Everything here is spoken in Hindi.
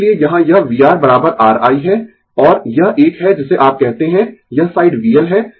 इसीलिये यहाँ यह vR R I है और यह एक है जिसे आप कहते है यह साइड VL है